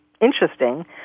interesting